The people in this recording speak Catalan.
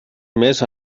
més